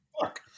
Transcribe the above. fuck